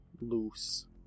loose